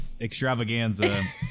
extravaganza